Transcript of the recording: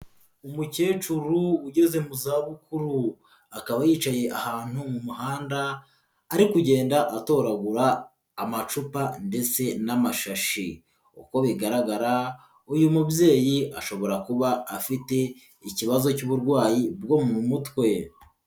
Umukecuru ugeze mu zabukuru akaba yicaye ahantu mu muhanda ari kugenda atoragura amacupa ndetse n'amashashi, uko bigaragara uyu mubyeyi ashobora kuba afite ikibazo cy'uburwayi bwo mu mutwe.